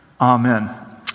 Amen